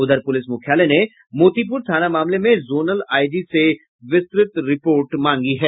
उधर पुलिस मुख्यालय ने मोतीपुर थाना मामले में जोनल आईजी से विस्त्रत रिपोर्ट मांगी है